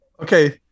Okay